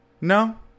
No